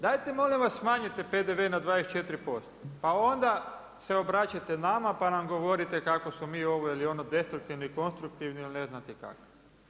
Dajte, molim vas smanjite PDV na 24%, pa onda se obraćajte nama, pa nam govorite, kako smo mi ovo ili ono destruktivni ili konstruktivni ili ne znate kakvi.